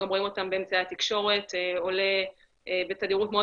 זה עולה גם באמצעי התקשורת בתדירות מאוד